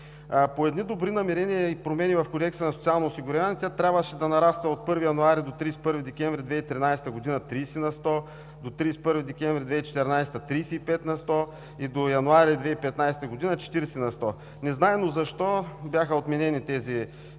По едни добри намерения и промени в Кодекса за социално осигуряване тя трябваше да нараства от 1 януари до 31 декември 2013 г. – 30 на сто, до 31 декември 2014 г. – 35 на сто, и до януари 2015 г. – 40 на сто. Незнайно защо бяха отменени тези